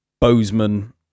Bozeman